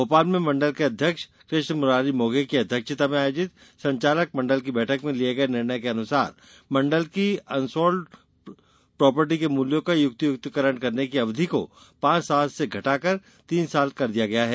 भोपाल में मंडल के अध्यक्ष कृष्णमुरारी मोघे की अध्यक्षता में आयोजित संचालक मंडल की बैठक में लिये गये निर्णय के अनुसार मंडल की अनसोल्ड प्रापर्टी के मूल्यों का युक्तियुक्तकरण करने की अवधि को पांच साल से घटाकर तीन साल कर दिया गया है